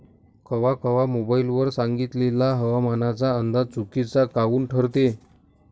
कवा कवा मोबाईल वर सांगितलेला हवामानाचा अंदाज चुकीचा काऊन ठरते?